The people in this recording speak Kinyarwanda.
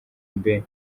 mbe